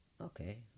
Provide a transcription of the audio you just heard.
Okay